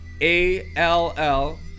A-L-L